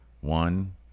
one